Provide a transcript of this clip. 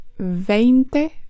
Veinte